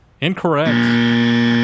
Incorrect